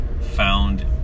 found